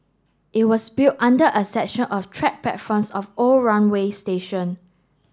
it was built under a section of track platforms of old runway station